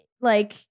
like-